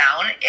down